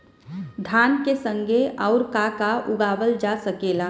धान के संगे आऊर का का उगावल जा सकेला?